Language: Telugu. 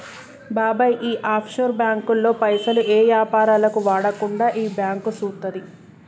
బాబాయ్ ఈ ఆఫ్షోర్ బాంకుల్లో పైసలు ఏ యాపారాలకు వాడకుండా ఈ బాంకు సూత్తది